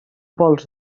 coure